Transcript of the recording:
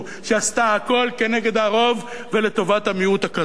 שעשתה הכול נגד הרוב ולטובת המיעוט הקטן,